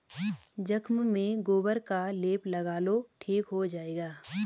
जख्म में गोबर का लेप लगा लो ठीक हो जाएगा